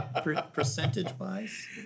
Percentage-wise